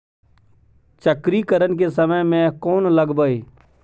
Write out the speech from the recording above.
चक्रीकरन के समय में कोन लगबै?